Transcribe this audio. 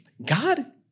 God